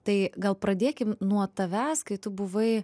tai gal pradėkim nuo tavęs kai tu buvai